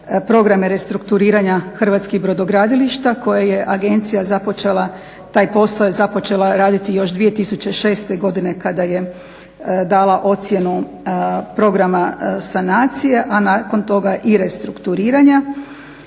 programe restrukturiranja hrvatskih brodogradilišta koje je agencija započela, taj posao je započela raditi još 2006. godine kada je dala ocjenu programa sanacije, a nakon toga i restrukturiranja,